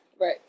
Right